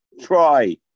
Try